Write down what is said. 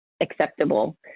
acceptable